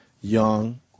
young